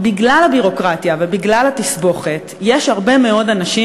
בגלל הביורוקרטיה ובגלל התסבוכת יש הרבה מאוד אנשים,